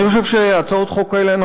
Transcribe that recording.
אני חושב שאנחנו צריכים יותר הצעות חוק כאלה.